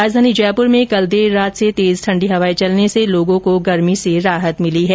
राजधानी जयपुर में कल देर रात से तेज ठण्डी हवाएं चलने से लोगों को गर्मी से राहत मिली है